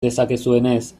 dezakezuenez